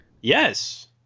Yes